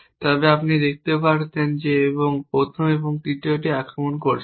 তবে আপনি দেখতে পারতেন এবং প্রথম এবং তৃতীয়টিও আক্রমণ করছে না